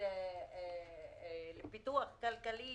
לפיתוח כלכלי